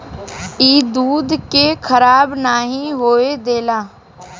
ई दूध के खराब नाही होए देला